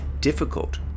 difficult